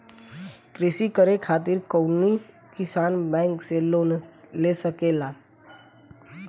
कृषी करे खातिर कउन किसान बैंक से लोन ले सकेला?